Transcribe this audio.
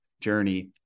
journey